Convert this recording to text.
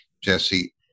Jesse